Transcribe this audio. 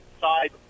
side